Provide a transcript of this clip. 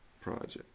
project